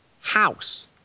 House